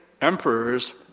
emperors